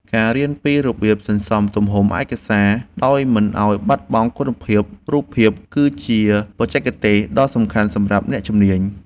ការរៀនពីរបៀបសន្សំទំហំឯកសារដោយមិនឱ្យបាត់បង់គុណភាពរូបភាពគឺជាបច្ចេកទេសដ៏សំខាន់សម្រាប់អ្នកជំនាញ។